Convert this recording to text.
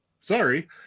sorry